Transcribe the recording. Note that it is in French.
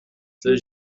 ces